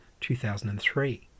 2003